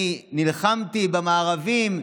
אני נלחמתי במארבים,